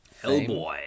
Hellboy